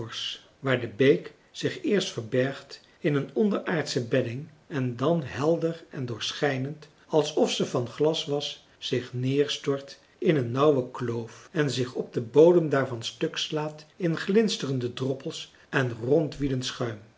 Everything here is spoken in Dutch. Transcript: waar de beek zich eerst verbergt in een onderaardsche bedding en dan helder en doorschijnend alsof ze van glas was zich neerstort in een nauwe kloof en zich op den bodem daarvan stukslaat in glinsterende droppels en rondwielend schuim